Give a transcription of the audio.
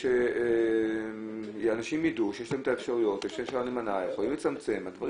ה-NTP מתייחס והוא סותר את הדבר